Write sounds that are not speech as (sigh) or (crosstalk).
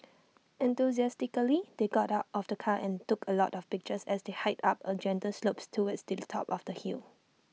(noise) enthusiastically they got out of the car and took A lot of pictures as they hiked up A gentle slope towards the top of the hill